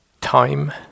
time